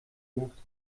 nacht